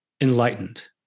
enlightened